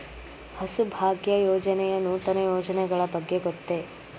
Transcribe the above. ಹಸುಭಾಗ್ಯ ಯೋಜನೆಯ ನೂತನ ಯೋಜನೆಗಳ ಬಗ್ಗೆ ಗೊತ್ತೇ?